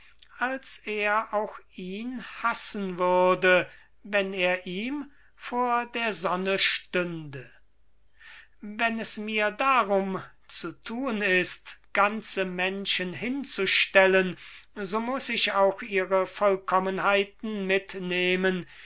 als er auch ihn hassen würde wenn er ihm vor der sonne stünde wenn es mir darum zu thun ist ganze menschen hinzustellen so muß ich auch ihre vollkommenheiten mitnehmen